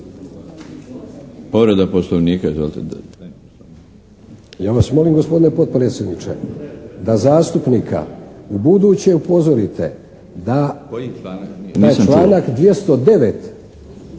Ja vas molim gospodine potpredsjedniče, da zastupnika ubuduće upozorite …